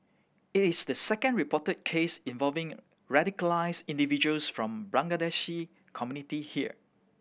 it is the second reported case involving radicalised individuals from Bangladeshi community here